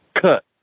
cut